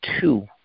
two